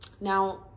Now